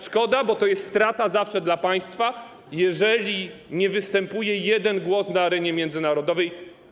Szkoda, bo to jest zawsze strata dla państwa, jeżeli nie występuje jeden głos na arenie międzynarodowej.